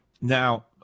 Now